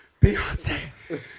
Beyonce